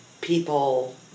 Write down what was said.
people